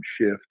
shift